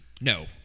No